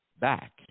Back